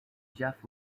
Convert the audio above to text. jeff